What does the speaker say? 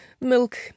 milk